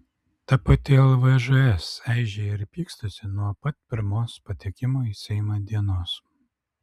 ta pati lvžs eižėja ir pykstasi nuo pat pirmos patekimo į seimą dienos